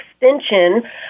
extension